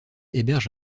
héberge